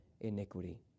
iniquity